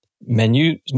menu